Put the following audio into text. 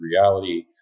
reality